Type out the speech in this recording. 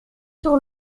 sur